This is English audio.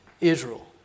Israel